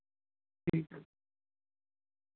ٹھیک